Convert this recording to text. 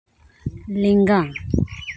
ᱞᱮᱸᱜᱟ